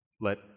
Let